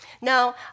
Now